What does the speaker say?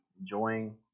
enjoying